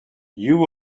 you